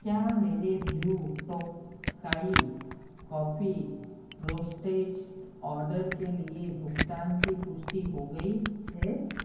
क्या मेरे Blue Tokai coffee roasters order के लिए भुगतान की पुष्टि हो गई है